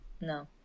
no